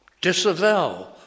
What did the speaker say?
disavow